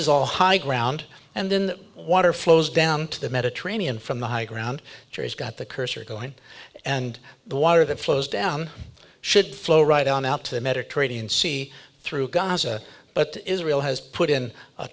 is all high ground and then water flows down to the mediterranean from the high ground has got the cursor going and the water that flows down should flow right on out to the mediterranean sea through gaza but israel has put in a